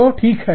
तो ठीक है